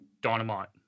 Dynamite